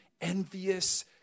envious